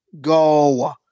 go